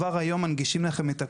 כבר היום מנגישים לכם את הכל.